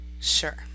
Sure